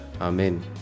Amen